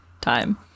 Time